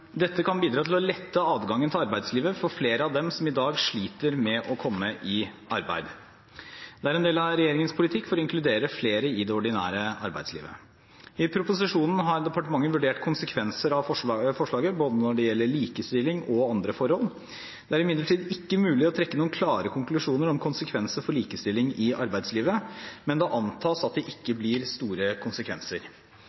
Dette kan bidra til å lette adgangen til arbeidslivet for flere av dem som i dag sliter med å komme i arbeid. Det er en del av regjeringens politikk for å inkludere flere i det ordinære arbeidslivet. I proposisjonen har departementet vurdert konsekvenser av forslaget både når det gjelder likestilling og andre forhold. Det er imidlertid ikke mulig å trekke noen klare konklusjoner om konsekvenser for likestilling i arbeidslivet, men det antas at det ikke blir store konsekvenser.